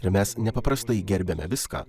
ir mes nepaprastai gerbiame viską